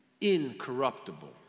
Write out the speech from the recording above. incorruptible